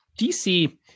DC